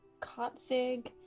Kotzig